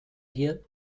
hier